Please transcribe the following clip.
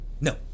No